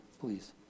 please